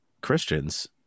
Christians